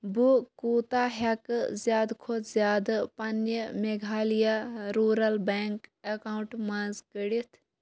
بہٕ کوٗتاہ ہٮ۪کہٕ زِیادٕ کھۄتہٕ زِیادٕ پنٕنہِ میگھالِیا روٗرَل بیٚنٛک اکاونٹہٕ منٛز کٔڈِتھ